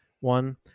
one